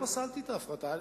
לא פסלתי את ההפרטה.